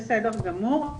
בסדר גמור,